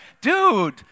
dude